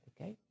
okay